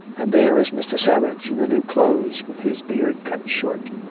and there is mr. savage, in the new clothes, with his beard cut short.